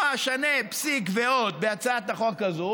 לא אשנה פסיק או אות בהצעת החוק הזאת